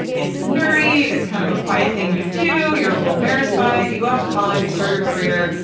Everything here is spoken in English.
it's nerdy. it's kind of a quiet thing you do. you're a little embarrassed by it. you go off to college. you start your career.